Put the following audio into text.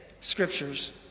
scriptures